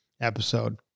Episode